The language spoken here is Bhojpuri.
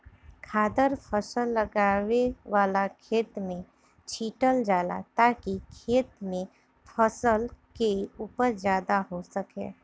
खादर फसल लगावे वाला खेत में छीटल जाला ताकि खेत में फसल के उपज ज्यादा हो सके